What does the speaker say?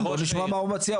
בוא נשמע מה הוא מציע,